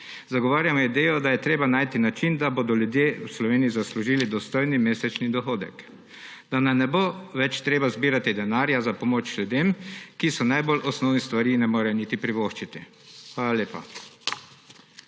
zagovarjamo idejo, da je treba najti način, da bodo ljudje v Sloveniji zaslužili dostojni mesečni dohodek, da nam ne bo več treba zbirati denarja za pomoč ljudem, ki si najbolj osnovnih stvari ne morejo niti privoščiti. Hvala lepa.